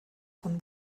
von